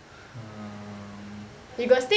um